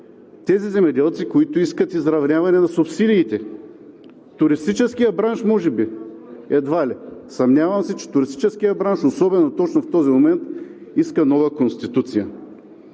тези земеделци, които искат изравняване на субсидиите. Туристическият бранш може би? Едва ли. Съмнявам се, че туристическият бранш особено точно в този момент иска нова Конституция.